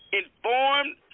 informed